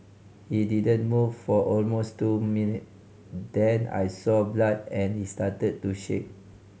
he didn't move for almost two minutes then I saw blood and he started to shake